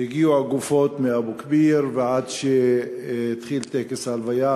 הגופות מאבו-כביר ועד שהתחיל טקס הלוויה,